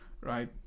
right